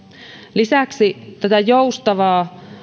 lisäksi joustavaa